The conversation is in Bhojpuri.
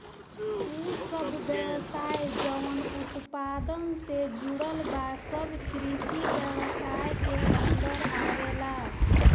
उ सब व्यवसाय जवन उत्पादन से जुड़ल बा सब कृषि व्यवसाय के अन्दर आवेलला